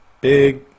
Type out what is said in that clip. big